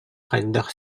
хайдах